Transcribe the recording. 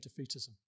defeatism